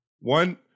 One